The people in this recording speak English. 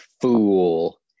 fool